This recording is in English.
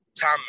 Tom